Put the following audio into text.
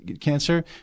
cancer